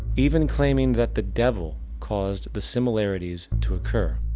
even claiming that the devil caused the similarities to occur.